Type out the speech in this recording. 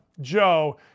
Joe